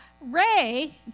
Ray